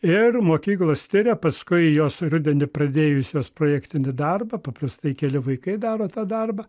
ir mokyklos tiria paskui jos rudenį pradėjusios projektinį darbą paprastai keli vaikai daro tą darbą